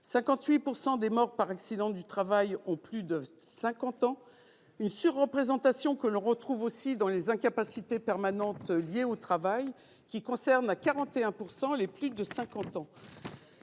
58 % des morts par accidents du travail ont plus de 50 ans, une surreprésentation que l'on retrouve aussi dans les incapacités permanentes liées au travail qui concernent 41 % de cette